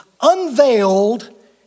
unveiled